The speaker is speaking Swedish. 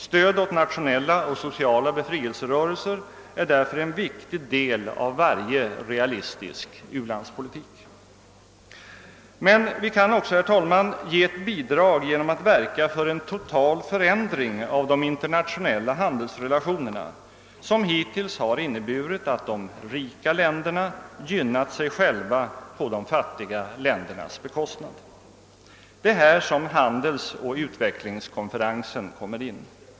Stöd åt nationella och sociala befrielserörelser är därför en viktig del av varje realistisk u-landspolitik. Men vi kan också, herr talman, ge ett bidrag genom att verka för en total förändring av de internationella handelsrelationerna, som hittills inneburit att de rika länderna gynnat sig själva på de fattiga ländernas bekostnad. Det är här som handelsoch utvecklingskonferensen kommer in.